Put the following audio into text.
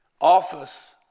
office